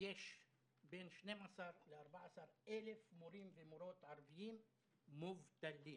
יש בין 12,000 ל-14,000 מורים ומורות ערבים מובטלים.